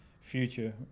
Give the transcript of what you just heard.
future